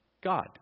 God